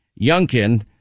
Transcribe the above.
Youngkin